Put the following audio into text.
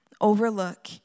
overlook